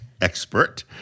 expert